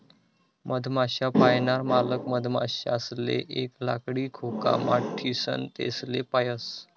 मधमाश्या पायनार मालक मधमाशासले एक लाकडी खोकामा ठीसन तेसले पायस